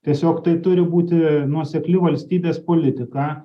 tiesiog tai turi būti nuosekli valstybės politika